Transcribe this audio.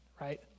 right